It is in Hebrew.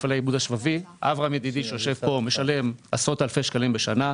אברהם שיושב פה משלם עשרות אלפי שקלים בשנה.